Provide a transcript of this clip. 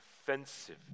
offensive